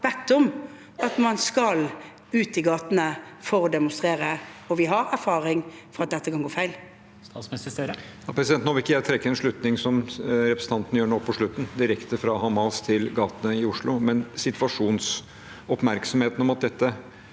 bedt om at man skal ut i gatene for å demonstrere? Vi har erfaring for at dette kan gå galt.